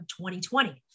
2020